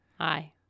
Hi